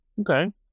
Okay